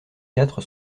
quatre